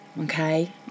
okay